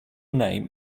name